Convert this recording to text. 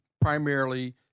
primarily